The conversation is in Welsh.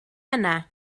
yna